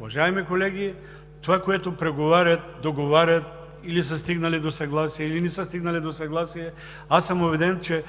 Уважаеми колеги, това, което преговарят, договарят или са стигнали до съгласие, или не са стигнали до съгласие, аз съм убеден, че